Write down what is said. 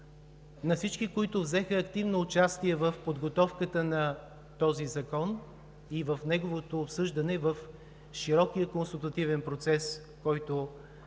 на всички, които взеха активно участие в подготовката на този закон, в неговото обсъждане, в широкия консултативен процес, който